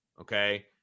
Okay